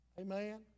Amen